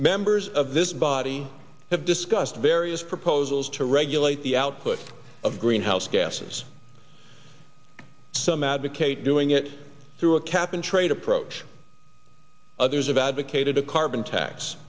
members of this body have discussed various proposals to regulate the output of greenhouse gases some advocate doing it through a cap and trade approach others have advocated a carbon tax